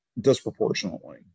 disproportionately